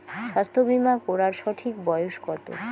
স্বাস্থ্য বীমা করার সঠিক বয়স কত?